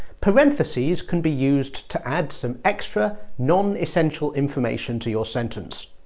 parentheses can be used to add some extra, non-essential information to your sentence.